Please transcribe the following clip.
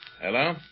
Hello